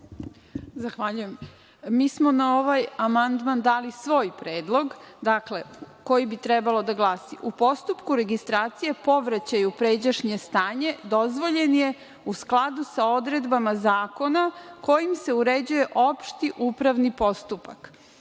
Janjušević** Mi smo na ovaj amandman dali svoj predlog koji bi trebalo da glasi – u postupku registracije povraćaj u pređašnje stanje dozvoljen je u skladu sa odredbama zakona kojim se uređuje opšti upravni postupak.